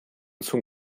zum